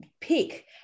pick